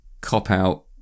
cop-out